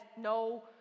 no